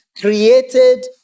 created